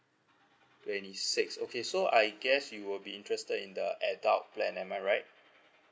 twenty six okay so I guess you would be interested in the adult plan am I right